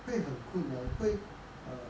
会很困难会 err